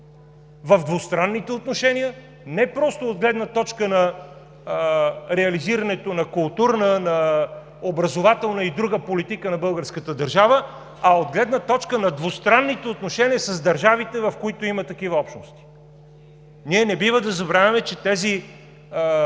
в двустранните отношения – не просто от гледна точка на реализирането на културна, на образователна и друга политика на българската държава, а от гледна точка на двустранните отношения с държавите, в които има такива общности! Не бива да забравяме, че тези